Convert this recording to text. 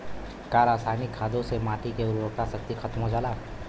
का रसायनिक खादों से माटी क उर्वरा शक्ति खतम हो जाला?